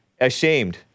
Ashamed